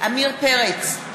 עמיר פרץ,